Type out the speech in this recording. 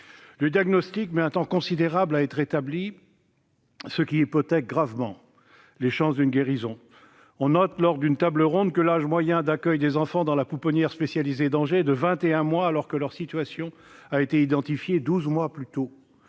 Le diagnostic met un temps considérable à être établi, ce qui hypothèque gravement les chances d'une guérison. On note, lors d'une table ronde, que l'âge moyen d'accueil des enfants dans la pouponnière spécialisée d'Angers est de 21 mois, alors que leur situation a été identifiée douze mois plus tôt.